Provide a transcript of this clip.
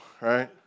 right